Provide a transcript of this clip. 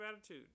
attitude